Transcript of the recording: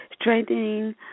strengthening